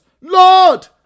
Lord